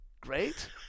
great